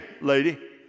lady